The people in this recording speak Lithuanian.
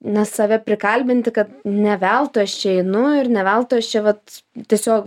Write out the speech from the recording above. na save prikalbinti kad ne veltui aš čia einu ir ne veltui aš čia vat tiesiog va